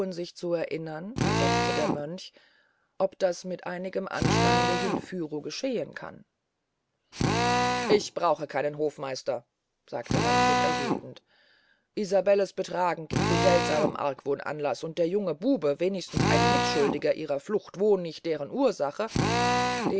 sich zu erinnern versetzte der mönch ob das mit einigem anstande hinführo geschehen kann ich brauche keinen hofmeister sagte manfred erröthend isabellens betragen giebt zu seltsamen argwohn anlaß und der junge bube wenigstens ein mitschuldiger ihrer flucht wo nicht deren ursach